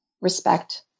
respect